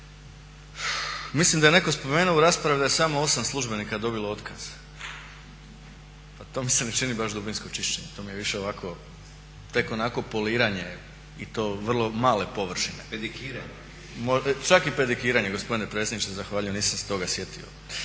mislim da je netko spomenuo u raspravi da je samo 8 službenika dobilo otkaz. Pa to mi se ne čini baš dubinsko čišćenje, to mi je više ovako tek onako poliranje i to vrlo male površine. … /Upadica se ne razumije./ … Čak i pedikiranje gospodine predsjedniče zahvaljujem, nisam se toga sjetio.